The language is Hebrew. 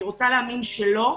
אני רוצה להאמין שלא,